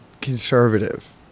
conservative